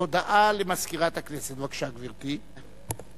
הודעה למזכירת הכנסת, בבקשה, גברתי.